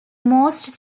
most